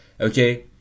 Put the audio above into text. okay